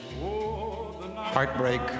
heartbreak